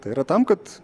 tai yra tam kad